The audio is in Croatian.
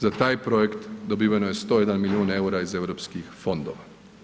Za taj projekt dobiveno je 101 milijun eura iz europskih fondova.